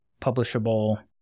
publishable